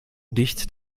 dicht